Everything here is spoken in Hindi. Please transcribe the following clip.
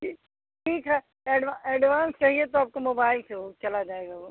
ठीक ठीक है ऐड ऐडवान्स चाहिए तो आपको मोबाइल से वह चला जाएगा वह